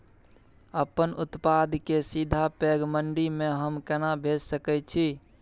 अपन उत्पाद के सीधा पैघ मंडी में हम केना भेज सकै छी?